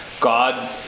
God-